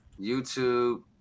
YouTube